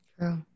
True